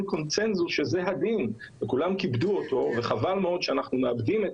קונצנזוס שזה הדין וכולם כיבדו אותו וחבל מאוד שאנחנו מאבדים את